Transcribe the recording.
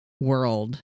world